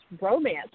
romance